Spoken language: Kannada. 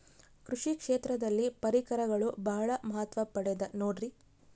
ಕೃಷಿ ಕ್ಷೇತ್ರದಲ್ಲಿ ಪರಿಕರಗಳು ಬಹಳ ಮಹತ್ವ ಪಡೆದ ನೋಡ್ರಿ?